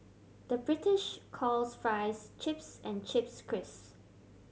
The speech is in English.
the British calls fries chips and chips crisps